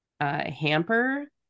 hamper